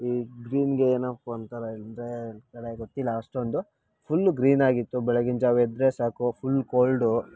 ಈ ಗ್ರೀನ್ಗೆ ಏನಪ್ಪಾ ಅಂತಾರೆ ಅಂದರೆ ಸರಿಯಾಗಿ ಗೊತ್ತಿಲ್ಲ ಅಷ್ಟೊಂದು ಫುಲ್ಲು ಗ್ರೀನಾಗಿತ್ತು ಬೆಳಗ್ಗಿನ ಜಾವ ಎದ್ದರೆ ಸಾಕು ಫುಲ್ ಕೋಲ್ಡು